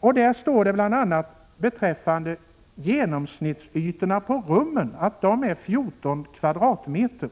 Där står det bl.a. att genomsnittsytorna för rum på ålderdomshem är 14 m?.